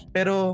Pero